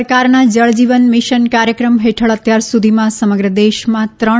સરકારના જળજીવન મિશન કાર્યક્રમ હેઠળ અત્યાર સુધીમાં સમગ્ર દેશમાં ત્રણ